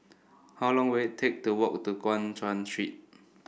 how long will it take to walk to Guan Chuan Street